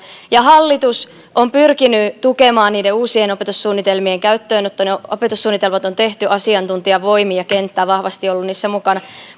ja hallitus on pyrkinyt tukemaan niiden uusien opetussuunnitelmien käyttöönottoa opetussuunnitelmat on tehty asiantuntijavoimin ja kenttä vahvasti on ollut niissä mukana